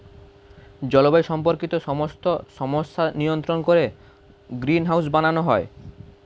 জলবায়ু সম্পর্কিত সমস্ত সমস্যা নিয়ন্ত্রণ করে গ্রিনহাউস বানানো হয়